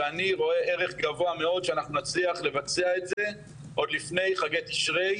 ואני רואה ערך גבוה מאוד שאנחנו נצליח לבצע את זה עוד לפני חגי תשרי.